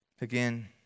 Again